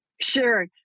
Sure